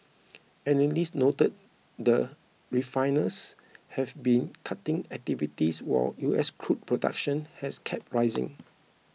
analysts noted that refiners have been cutting activity while U S crude production has kept rising